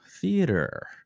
theater